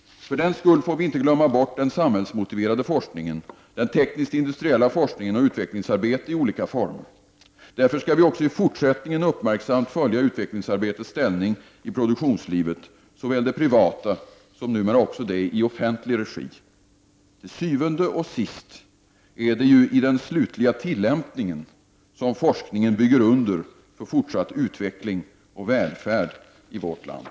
För den skull får vi inte glömma bort den samhällsmotiverade forskningen, den tekniskt-industriella forskningen och utvecklingsarbete i olika former. Därför skall vi också i fortsättningen uppmärksamt följa utvecklingsarbetets ställning i produktionslivet, såväl det privata som numera det i offentlig regi. Til syvende og sidst är det ju i den slutliga tillämpningen som forskningen bygger under för fortsatt utveckling och välfärd i vårt land.